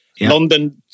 London